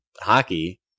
hockey